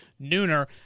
Nooner